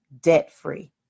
debt-free